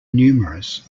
numerous